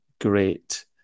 great